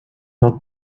not